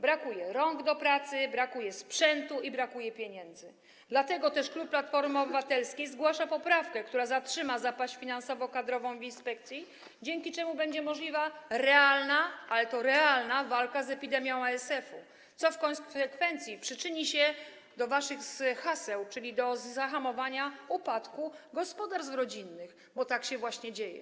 Brakuje rąk do pracy, brakuje sprzętu i brakuje pieniędzy, dlatego też klub Platformy Obywatelskiej zgłasza poprawkę, która zatrzyma zapaść finansowo-kadrową w inspekcji, dzięki czemu będzie możliwa realna, ale to realna walka z epidemią ASF-u, co w konsekwencji przyczyni się do realizacji waszych haseł, czyli do zahamowania upadku gospodarstw rodzinnych, bo tak się właśnie dzieje.